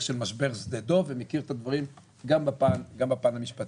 של משבר שדה דב ומכיר את הדברים גם בפן המשפטי.